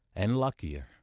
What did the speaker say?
and luckier.